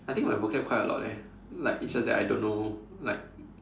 I think my vocab quite a lot eh like it's just that I don't know like